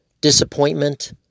disappointment